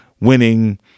winning